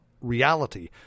reality